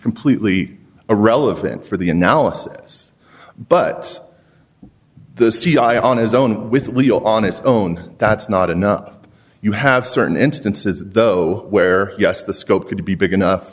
completely irrelevant for the analysis but the c i on his own with leo on its own that's not enough you have certain instances though where yes the scope could be big enough